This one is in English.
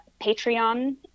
Patreon